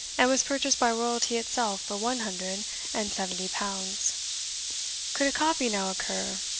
and was purchased by royalty itself for one hundred and seventy pounds could a copy now occur,